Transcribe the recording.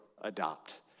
adopt